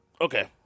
Okay